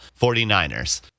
49ers